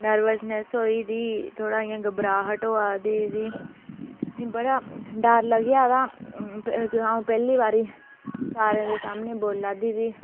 में नरबस होई दी ही थोह्डा इयां घबराहट होई दी बड़ा डर लग्गेआ ते पैह्ली बारी सारें दे सामने बोल्ला दी ही